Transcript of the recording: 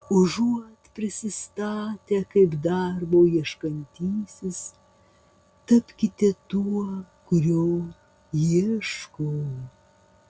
užuot prisistatę kaip darbo ieškantysis tapkite tuo kurio ieško